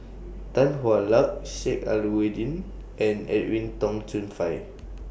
Tan Hwa Luck Sheik Alau'ddin and Edwin Tong Chun Fai